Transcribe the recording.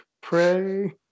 Pray